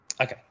Okay